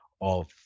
of-